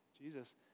Jesus